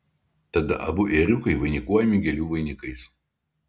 tada abu ėriukai vainikuojami gėlių vainikais